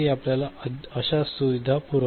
आपल्याला अशा सुविधा पुरवते